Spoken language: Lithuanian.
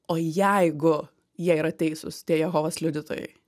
o jeigu jie yra teisūs tie jehovos liudytojai